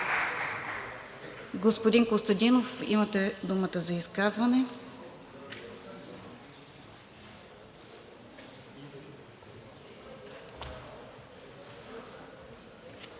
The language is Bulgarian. Господин Костадинов, имате думата за изказване.